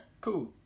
Cool